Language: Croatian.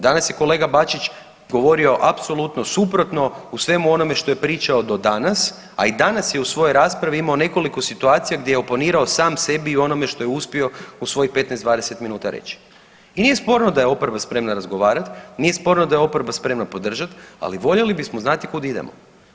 Danas je kolega Bačić govorio apsolutno suprotno u svemu onome što je pričao do danas, a i danas je u svojoj raspravi imao nekoliko situacija gdje je oponirao sam sebi i onome što je uspio u svojih 15, 20 minuta reći i nije sporno da je oporba spremna razgovarati, nije sporno da je oporba spremna podržati, ali voljeli bismo znati kud idemo.